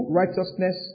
righteousness